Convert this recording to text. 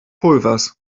pulvers